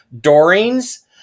Doring's